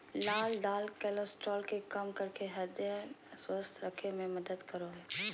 लाल दाल कोलेस्ट्रॉल के कम करके हृदय के स्वस्थ रखे में मदद करो हइ